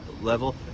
level